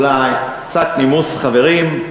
קצת נימוס, חברים,